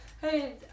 hey